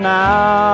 now